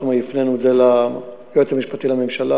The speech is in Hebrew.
אנחנו הפנינו את זה ליועץ המשפטי לממשלה